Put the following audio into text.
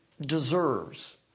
deserves